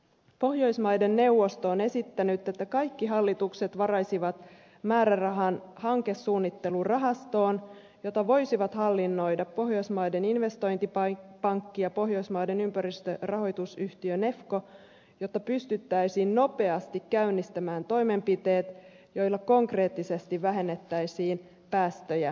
pohjoismaiden neuvosto on esittänyt että kaikki hallitukset varaisivat määrärahan hankesuunnittelurahastoon jota voisivat hallinnoida pohjoismaiden investointipankki ja pohjoismaiden ympäristörahoitusyhtiö nefco jotta pystyttäisiin nopeasti käynnistämään toimenpiteet joilla konkreettisesti vähennettäisiin päästöjä itämereen